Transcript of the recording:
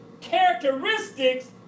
characteristics